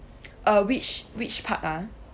uh which which part ah